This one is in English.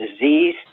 disease